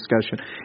discussion